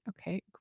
okay